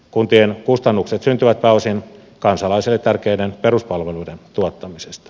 kuntien kustannukset syntyvät pääosin kansalaisille tärkeiden peruspalveluiden tuottamisesta